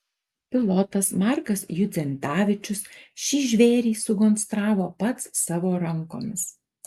pilotas markas judzentavičius šį žvėrį sukonstravo pats savo rankomis